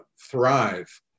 thrive